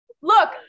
look